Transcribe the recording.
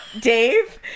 Dave